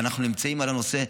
ואנחנו נמצאים על הנושא.